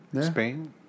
Spain